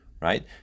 right